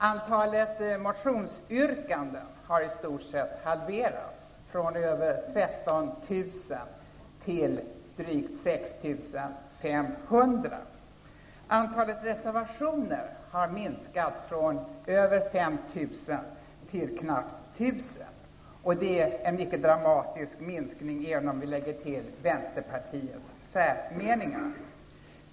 Antalet motionsyrkanden har i stort sett halverats, från över 13 000 stycken till drygt 6 500. Antalet reservationer har minskat från över 5 000 till knappt 1 000. Det är en mycket dramatisk minskning, även om vi lägger till Vänsterpartiets särmeningar.